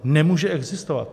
Nemůže existovat!